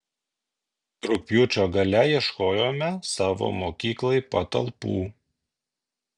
rugpjūčio gale ieškojome savo mokyklai patalpų